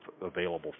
available